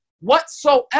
whatsoever